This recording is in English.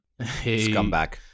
scumbag